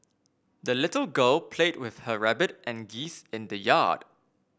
the little girl played with her rabbit and geese in the yard